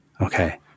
Okay